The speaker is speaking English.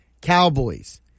Cowboys